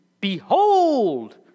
Behold